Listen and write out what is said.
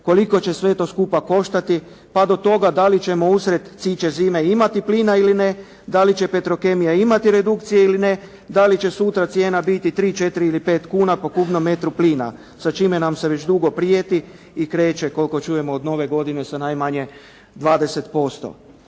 koliko će sve to skupa koštati, pa do toga da li ćemo usred ciče zime imati plina ili ne, da li će petrokemija imati redukcije ili, da li će sutra cijena biti tri, četiri ili pet kuna po kubnom metru plina, sa čime nam se već dugo prijeti i kreće koliko čujemo od nove godine sa najmanje 20%.